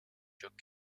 çok